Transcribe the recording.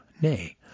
Nay